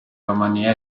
romania